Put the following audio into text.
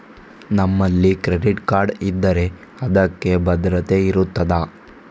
ನಮ್ಮಲ್ಲಿ credit card ಇದ್ದರೆ ಅದಕ್ಕೆ ಭದ್ರತೆ ಇರುತ್ತದಾ?